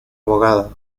abogada